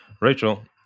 Rachel